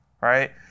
right